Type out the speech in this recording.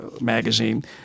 magazine